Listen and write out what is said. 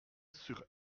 sur